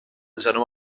genoma